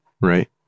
right